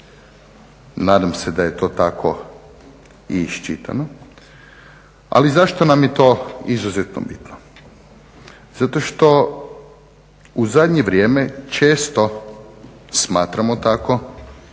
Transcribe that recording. Nadam se da je to tako i iščitano. Ali zašto nam je to izuzetno bitno? Zato što u zadnje vrijeme često smatramo tako